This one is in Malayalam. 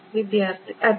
വിദ്യാർത്ഥി അതെ